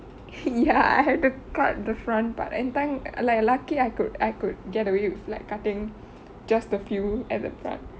ya I had to cut the front part and thank like lucky I could I could get away with like cutting just a few at the front